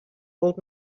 old